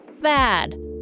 Bad